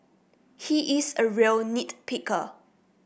he is a real nit picker